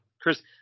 Chris